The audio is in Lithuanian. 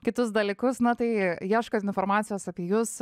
kitus dalykus na tai ieškant informacijos apie jus